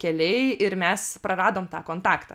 keliai ir mes praradom tą kontaktą